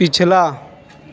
पिछला